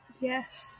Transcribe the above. Yes